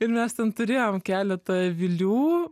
ir mes ten turėjom keletą avilių